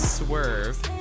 Swerve